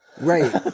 Right